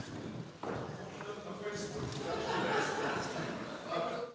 Hvala.